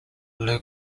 lew